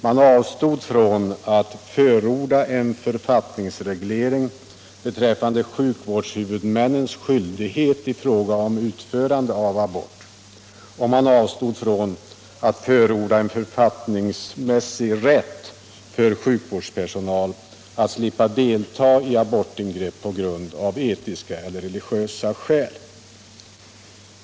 Man avstod från att förorda en författningsreglering beträffande sjukvårdshuvudmännens skyldighet i fråga om utförande av abort, och man avstod från att förorda en författningsmässig rätt för sjukvårdspersonal att av etiska eller religiösa skäl slippa delta i abortingrepp.